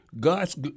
god's